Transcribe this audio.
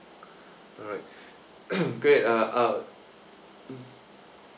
alright great uh I'll